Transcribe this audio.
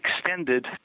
extended